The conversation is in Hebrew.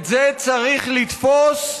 את זה צריך לתפוס.